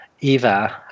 Eva